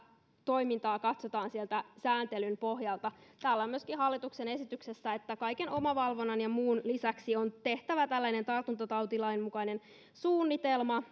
toimintaa katsotaan sieltä sääntelyn pohjalta myöskin hallituksen esityksessä on että kaiken omavalvonnan ja muun lisäksi on tehtävä tällainen tartuntatautilain mukainen suunnitelma